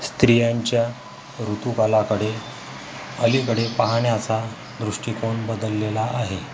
स्त्रियांच्या ऋतूकालाकडे अलीकडे पाहण्याचा दृष्टिकोन बदललेला आहे